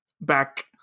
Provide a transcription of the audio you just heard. back